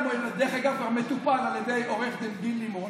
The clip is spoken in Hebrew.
דרך אגב כבר מטופל על ידי עו"ד גיל לימון,